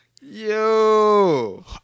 yo